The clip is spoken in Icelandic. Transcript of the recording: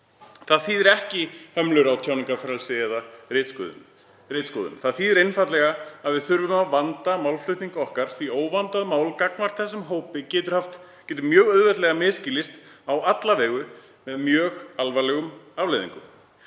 Það þýðir ekki hömlur á tjáningarfrelsi eða ritskoðun, það þýðir einfaldlega að við þurfum að vanda málflutning okkar. Óvandað mál gagnvart þessum hópi getur mjög auðveldlega misskilist á alla vegu með mjög alvarlegum afleiðingum.